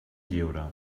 lliure